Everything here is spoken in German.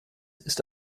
ist